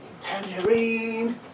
tangerine